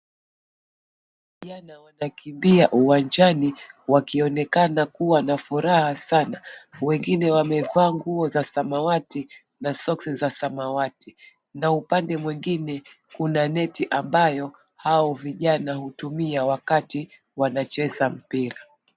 Vijana wanakimbia uwanjani wakionekana kuwa na furaha sana. Wengine wamevaa nguo za samawati na soksi za samawati. Na upande mwingine kuna neti ambayo hao vijana hutumia wakati wanacheza mpira.